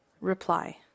Reply